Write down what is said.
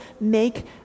make